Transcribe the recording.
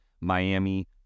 Miami